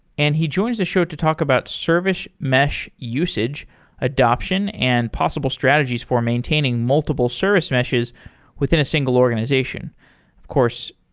and he joins the show to talk about service mesh usage adaption and possible strategies for maintaining multiple service meshes within a single organization. of course,